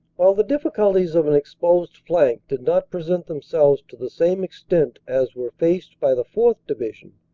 while the difficulties of an exposed flank did not present themselves to the same extent as were faced by the fourth. division,